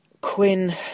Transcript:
Quinn